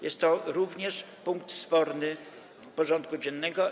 Jest to również punkt sporny porządku dziennego.